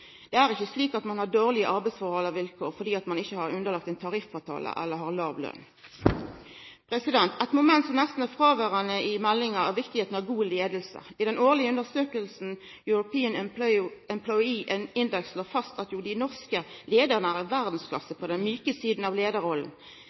Det er ikkje slik at ein har dårlege arbeidsvilkår fordi ein ikkje er underlagd ein tariffavtale eller har låg lønn. Eit moment som nesten er fråverande i meldinga, er kor viktig det er med god leiing. I den årlege undersøkinga European Employee Index slår ein fast at dei norske leiarane er i verdsklasse